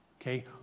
Okay